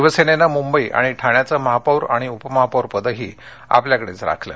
शिवसेनेनं मुंबई आणि ठाण्याचं महापौर आणि उपमहापौरपदही आपल्याकडेच राखलं